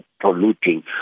polluting